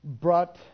brought